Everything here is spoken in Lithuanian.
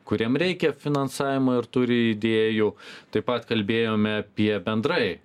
kuriem reikia finansavimo ir turi idėjų taip pat kalbėjome apie bendrai